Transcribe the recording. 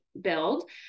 build